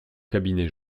cabinet